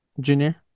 Junior